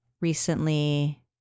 recently